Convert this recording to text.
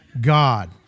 God